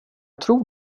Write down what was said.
tror